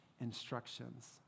instructions